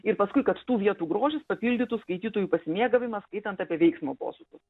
ir paskui kad tų vietų grožis papildytų skaitytojų pasimėgavimą skaitant apie veiksmo posūkius